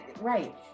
right